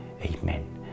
Amen